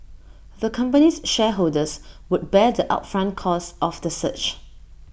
the company's shareholders would bear the upfront costs of the search